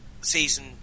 season